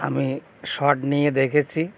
আমি শট নিয়ে দেখেছি